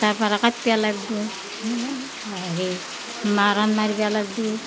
তাৰপৰা কাটিব লাগিব অঁ সেই মাৰাণ মাৰিবা লাগিব